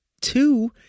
Two